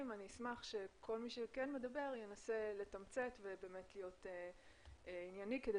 אשמח שכל מי שמדבר ינסה לתמצת ובאמת להיות ענייני כדי